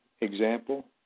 example